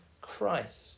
Christ